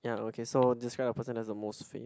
ya okay so describe the person that's the most famous